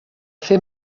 fer